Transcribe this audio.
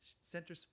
center